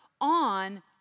on